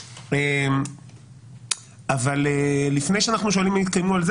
אבל לפני שאנחנו שואלים אם התקיימו על זה